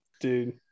dude